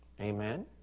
Amen